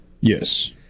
Yes